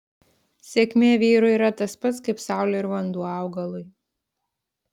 sėkmė vyrui yra tas pats kaip saulė ir vanduo augalui